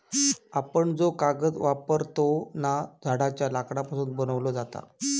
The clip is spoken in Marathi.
आपण जो कागद वापरतव ना, झाडांच्या लाकडापासून बनवलो जाता